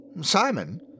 Simon